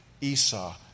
Esau